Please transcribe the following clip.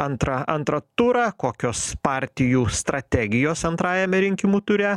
antrą antrą turą kokios partijų strategijos antrajame rinkimų ture